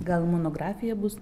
gal monografija bus